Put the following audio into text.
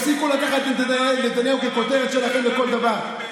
תפסיקו לקחת את נתניהו ככותרת שלכם לכל דבר.